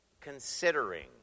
considering